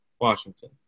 Washington